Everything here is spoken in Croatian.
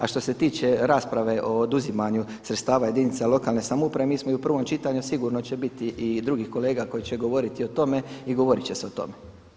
A što se tiče rasprave o oduzimanju sredstava jedinica lokalne samouprave mi smo i u prvom čitanju, sigurno će biti i drugih kolega koji će govoriti o tome i govoriti će se o tome.